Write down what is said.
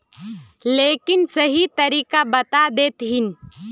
लेकिन सही तरीका बता देतहिन?